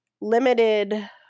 limited